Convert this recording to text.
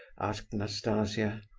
asked nastasia.